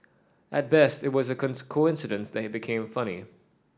at best it was a coincidence that became funny